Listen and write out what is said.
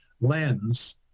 lens